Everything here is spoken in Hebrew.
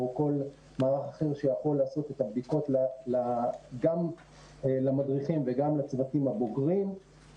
כל מערך אחר שיכול לעשות את הבדיקות גם למדריכים וגם לצוותים הבוגרים.